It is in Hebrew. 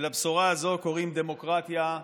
ולבשורה הזו קוראים "דמוקרטיה".